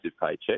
paycheck